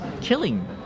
killing